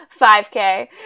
5K